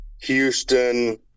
Houston